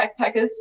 backpackers